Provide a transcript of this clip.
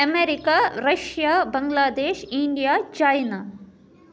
America Russia Bangladesh India China